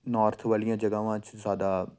north ਵਾਲੀਆਂ ਜਗ੍ਹਾਵਾਂ 'ਚ ਜ਼ਿਆਦਾ